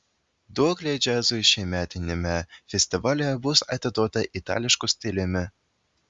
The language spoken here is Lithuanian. duoklė džiazui šiemetiniame festivalyje bus atiduota itališku stiliumi